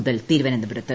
മുതൽ തിരുവനന്തപുരത്ത്